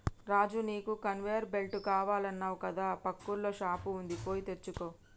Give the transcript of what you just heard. రాజు నీకు conveyor belt కావాలన్నావు కదా పక్కూర్ల షాప్ వుంది పోయి తెచ్చుకో